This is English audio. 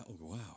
wow